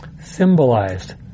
Symbolized